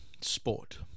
Sport